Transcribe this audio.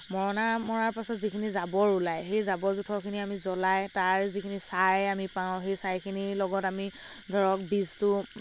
মৰণা মৰাৰ পিছত যিখিনি জাবৰ ওলায় সেই জাবৰ জোঠৰখিনি আমি জ্বলাই তাৰ যিখিনি ছাঁই আমি পাওঁ সেই ছাঁইখিনিৰ লগত আমি ধৰক বীজটো